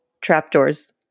trapdoors